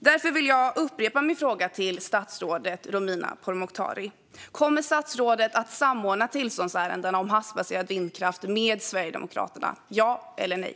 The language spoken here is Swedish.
Därför vill jag upprepa min fråga till statsrådet Romina Pourmokhtari: Kommer statsrådet att samordna tillståndsärendena om havsbaserad vindkraft med Sverigedemokraterna - ja eller nej?